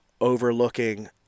overlooking